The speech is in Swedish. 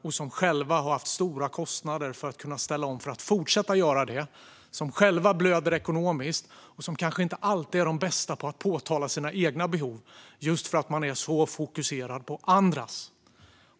De har själva haft stora kostnader för att ställa om för att kunna fortsätta att göra det. De blöder själva ekonomiskt och är kanske inte alltid de bästa att påtala sina egna behov just för att de är så fokuserade på andras.